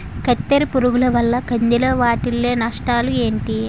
కత్తెర పురుగు వల్ల కంది లో వాటిల్ల నష్టాలు ఏంటి